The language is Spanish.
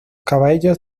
cabellos